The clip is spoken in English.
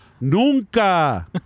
nunca